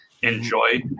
Enjoy